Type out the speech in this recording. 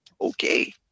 Okay